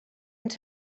ens